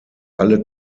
alle